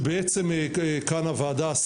שבעצם כאן הוועדה בראשות חבר הכנסת מרגי שהיה היו"ר אז,